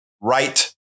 right